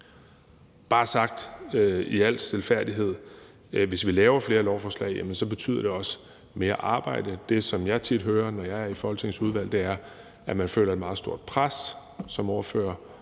bare sagt i al stilfærdighed. Hvis vi laver flere lovforslag, betyder det også mere arbejde. Det, som jeg tit hører, når jeg er i Folketingets udvalg, er, at man føler et meget stort pres som ordfører